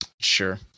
Sure